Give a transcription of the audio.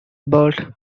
bird